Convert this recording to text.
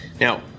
now